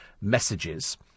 messages